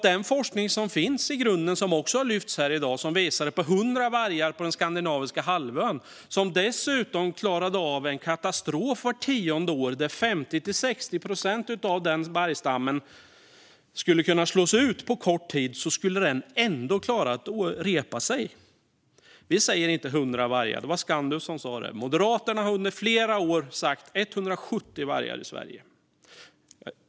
Den forskning som finns, som också har lyfts här i dag, visar på 100 vargar på den skandinaviska halvön, som dessutom skulle klara av en katastrof vart tionde år, där 50-60 procent av vargstammen slås ut på kort tid. Den skulle ändå klara att repa sig. Vi säger inte 100 vargar - det var Skandulv som sa det. Moderaterna har under flera år sagt 170 vargar i Sverige.